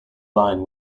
line